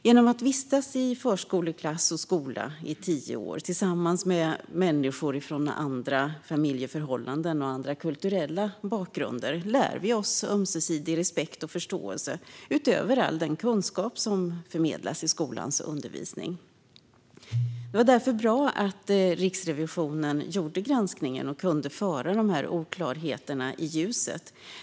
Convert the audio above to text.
Genom att vistas i förskoleklass och skola i tio år tillsammans med människor från andra familjeförhållanden och andra kulturella bakgrunder lär vi oss ömsesidig respekt och förståelse, utöver all den kunskap som förmedlas i skolans undervisning. Det var därför bra att Riksrevisionen gjorde granskningen och kunde föra fram oklarheterna i ljuset.